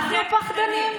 אנחנו פחדנים?